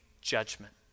judgment